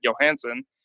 Johansson